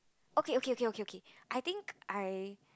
okay okay okay okay okay I think I